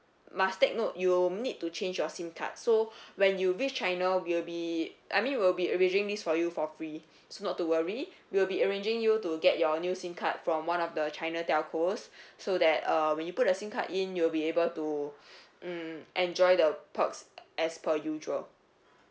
must take note you'll need to change your SIM card so when you reach china we'll be I mean we'll be arranging this for you for free so not to worry we'll be arranging you to get your new SIM card from one of the china telcos so that uh when you put the SIM card in you'll be able to mm enjoy the perks as per usual